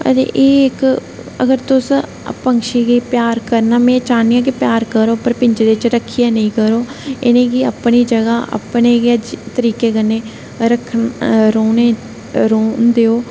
ते एह इक अघर तुस पक्षी गी प्यार करना में चाहन्नी आं कि प्यार करो पर पिंजरे च रक्खियै नेईं करो इनेंगी अपनी जगह अपनी गै तरीके कन्नै रक्खना रौहने च रौहन देओ